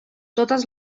totes